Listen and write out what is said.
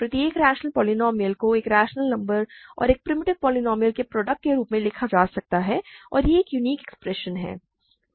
प्रत्येक rational polynomial को एक रैशनल नंबर और एक प्रिमिटिव पोलीनोमिअल के प्रोडक्ट के रूप में लिखा जा सकता है और यह एक यूनिक एक्सप्रेशन है